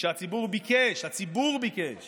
כשהציבור ביקש, הציבור, ביקש